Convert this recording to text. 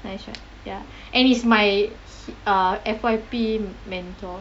nice right ya and it's my err F_Y_P mentor